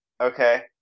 Okay